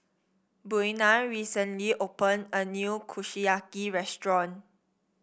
Buena recently opened a new Kushiyaki restaurant